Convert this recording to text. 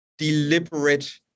deliberate